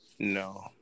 No